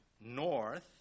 north